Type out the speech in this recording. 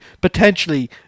potentially